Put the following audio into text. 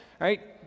Right